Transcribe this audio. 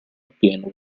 appieno